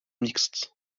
mixtes